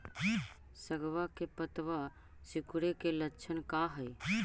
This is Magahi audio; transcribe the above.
सगवा के पत्तवा सिकुड़े के लक्षण का हाई?